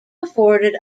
afforded